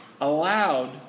allowed